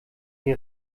sie